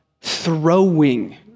throwing